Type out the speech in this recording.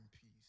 peace